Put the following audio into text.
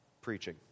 preaching